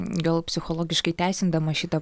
gal psichologiškai teisindama šitą